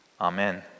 Amen